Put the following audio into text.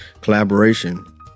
collaboration